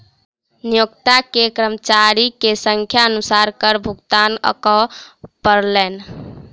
नियोक्ता के कर्मचारी के संख्या अनुसार कर भुगतान करअ पड़लैन